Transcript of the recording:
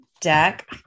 deck